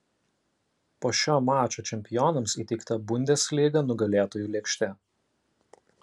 po šio mačo čempionams įteikta bundesliga nugalėtojų lėkštė